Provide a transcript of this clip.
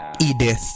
Edith